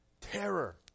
terror